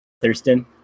Thurston